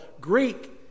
Greek